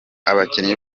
abakinnyi